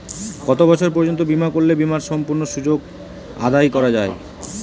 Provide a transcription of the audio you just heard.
কত বছর পর্যন্ত বিমা করলে বিমার সম্পূর্ণ সুযোগ আদায় করা য়ায়?